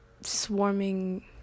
swarming